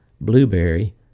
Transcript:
Blueberry